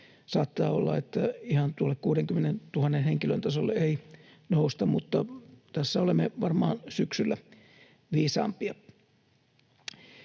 saattaa olla, että ihan tuolle 60 000 henkilön tasolle ei nousta, mutta tässä olemme varmaan syksyllä viisaampia.